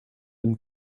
and